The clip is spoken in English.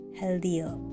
healthier